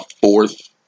fourth